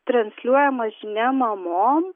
transliuojama žinia mamom